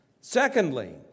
Secondly